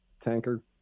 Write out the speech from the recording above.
tanker